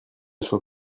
soit